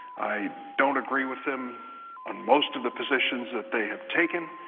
i don't agree with them on most of the positions that they have taken,